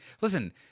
listen